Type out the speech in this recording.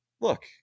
look